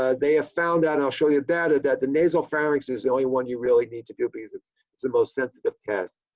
ah they have found, and i'll show you data, that the nasal pharynx is the only one you really need to do because it's it's the most sensitive test.